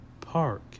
park